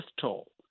toll